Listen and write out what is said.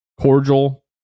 cordial